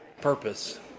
Purpose